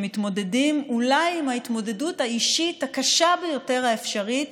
שמתמודדים אולי את ההתמודדות האישית הקשה ביותר האפשרית,